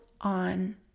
on